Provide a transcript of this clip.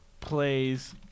Plays